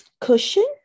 cushion